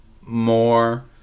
more